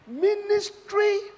Ministry